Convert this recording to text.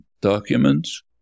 documents